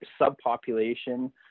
subpopulation